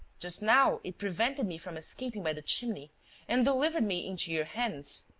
just now, it prevented me from escaping by the chimney and delivered me into your hands.